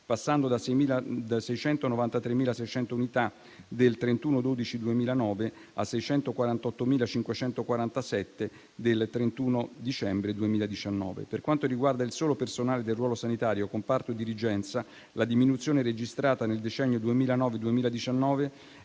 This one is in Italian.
passando da 693.600 unità del 31 dicembre 2009 a 648.547 del 31 dicembre 2019. Per quanto riguarda il solo personale del ruolo sanitario comparto dirigenza, la diminuzione registrata nel decennio 2009-2019